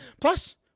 Plus